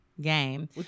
game